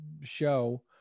show